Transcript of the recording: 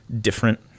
different